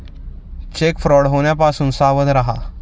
check fraud होण्यापासून सावध रहा